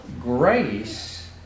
grace